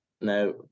Now